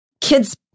kids